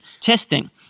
testing